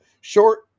short